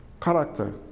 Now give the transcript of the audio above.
character